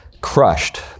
crushed